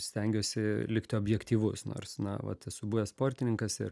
stengiuosi likti objektyvus nors na vat esu buvęs sportininkas ir